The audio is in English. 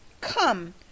Come